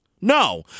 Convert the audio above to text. no